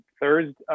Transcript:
Thursday